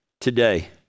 today